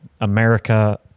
America